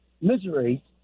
Misery